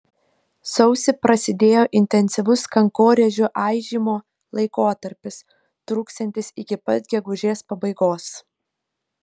sausį prasidėjo intensyvus kankorėžių aižymo laikotarpis truksiantis iki pat gegužės pabaigos